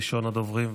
ראשון הדוברים,